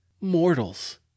mortals